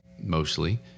mostly